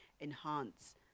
enhance